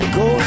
go